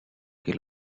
que